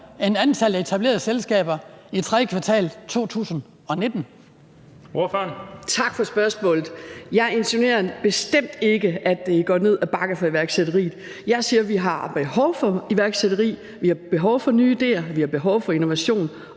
Ordføreren. Kl. 17:20 Mona Juul (KF): Tak for spørgsmålet. Jeg insinuerer bestemt ikke, at det går ned ad bakke for iværksætteriet. Jeg siger, at vi har behov for iværksætteri, at vi har behov for nye idéer, at vi har behov for innovation